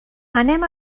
anem